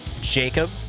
Jacob